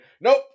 nope